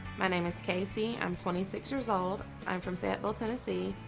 my name is casey. i'm twenty six years old i'm from fayetteville, tennessee,